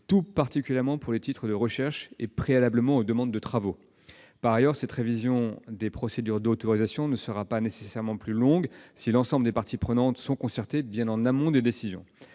tout particulièrement pour les titres de recherche, et ce préalablement aux premières demandes de travaux. Par ailleurs, cette révision des procédures d'autorisation ne sera pas nécessairement plus longue, si l'ensemble des parties prenantes sont consultées bien en amont des décisions.